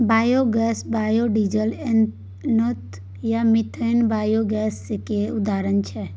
biogas, biodiesel, ethanol आ methanol biogas केर उदाहरण छै